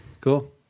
Cool